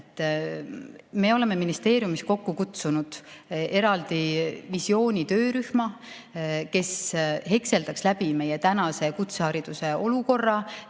Me oleme ministeeriumis kokku kutsunud visioonitöörühma, kes hekseldaks läbi meie tänase kutsehariduse olukorra